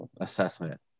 assessment